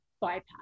Bypass